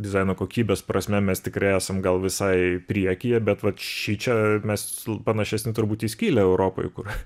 dizaino kokybės prasme mes tikrai esam gal visai priekyje bet vat šičia mes panašesni turbūt skylę europoj kur